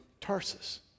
Tarsus